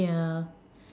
yeah